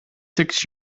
six